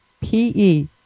P-E